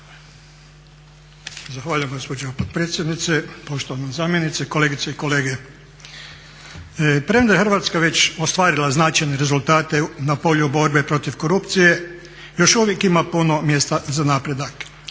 Zahvaljujem gospođo potpredsjednice, poštovana zamjenice, kolegice i kolege. Premda je Hrvatska već ostvarila značajne rezultate na polju borbe protiv korupcije još uvijek ima puno mjesta za napredak.